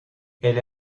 elle